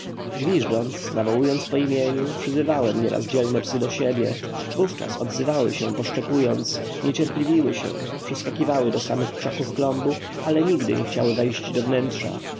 gwiżdżąc nawołując po imieniu przyzywałem nieraz dzielne psy do siebie wówczas odzywały się poszczekując niecierpliwiły się przyskakiwały do samych krzaków klombu ale nigdy nie chciały wejść do wnętrza